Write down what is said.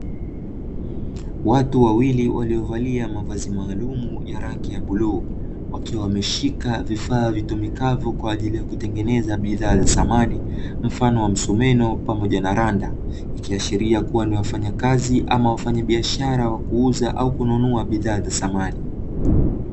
Watu wawili waliovalia mavazi maalumu ya rangi ya bluu, wakiwa wameshika vifaa vitumikavyo kwa ajili ya kutengeneza bidhaa za samani, mfano wa msumeno pamoja na randa, ikiashiria kuwa ni wafanyakazi ama wafanyabiashara wa kuuza au kununua bidhaa za samani.